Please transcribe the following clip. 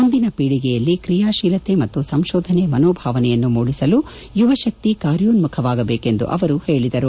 ಮುಂದಿನ ಪೀಳಗೆಯಲ್ಲಿ ಕ್ರಿಯಾಶೀಲತೆ ಮತ್ತು ಸಂಶೋಧನೆ ಮನೋಭಾವನೆಯನ್ನು ಮೂಡಿಸಲು ಯುವ ಶಕ್ತಿ ಕಾರ್ಯೋನ್ಮಬವಾಗಬೇಕೆಂದು ಹೇಳಿದರು